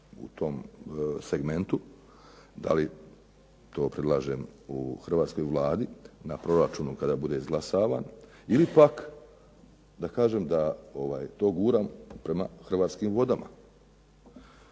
u tom segmentu, da li to predlažem u hrvatskoj Vladi na proračunu kada bude izglasavan ili pak da kažem da to guram prema hrvatskim vodama?